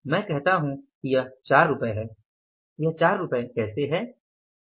मैं कहता हूं कि यह 4 रुपये है यह 4 रुपये कैसे है